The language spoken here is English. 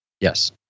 Yes